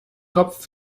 kopf